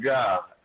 God